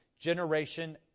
generation